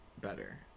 better